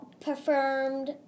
performed